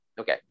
Okay